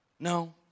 No